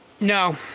No